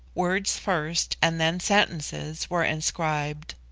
words first, and then sentences, were inscribed.